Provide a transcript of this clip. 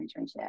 internship